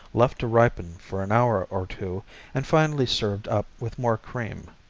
left ripen for an hour or two and finally served up with more cream.